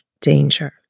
danger